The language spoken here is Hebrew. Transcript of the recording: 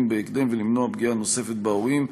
בהקדם ולמנוע פגיעה נוספת בהורים,